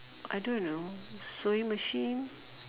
I don't know sewing machine